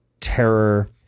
terror